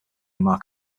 mark